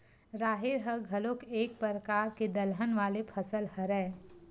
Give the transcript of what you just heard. राहेर ह घलोक एक परकार के दलहन वाले फसल हरय